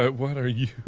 ah what are you?